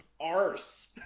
arse